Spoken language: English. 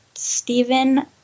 Steven